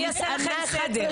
אני אעשה לכם סדר.